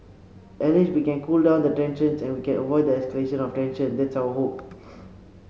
at least we can cool down the tensions and we can avoid the escalation of tension that's our hope